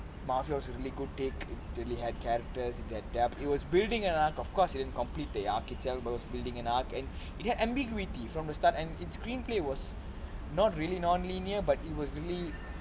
mafia was really a good take it really had characters it was building an art of course we can't compete the ambiguity from the start the screenplay was not really non-linear but it was really